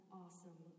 awesome